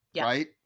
right